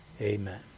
Amen